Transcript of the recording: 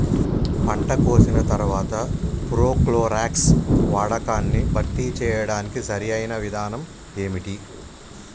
పంట కోసిన తర్వాత ప్రోక్లోరాక్స్ వాడకాన్ని భర్తీ చేయడానికి సరియైన విధానం ఏమిటి?